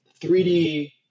3D